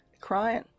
crying